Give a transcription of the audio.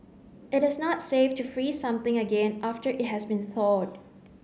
it is not safe to freeze something again after it has been thawed